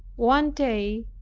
one day,